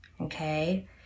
okay